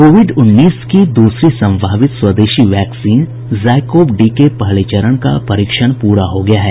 Covid उन्नीस की दूसरी संभावित स्वदेशी वैक्सीन जायकोव डी के पहले चरण का परीक्षण पूरा हो गया है